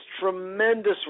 tremendous